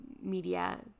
media